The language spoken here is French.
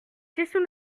question